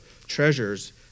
treasures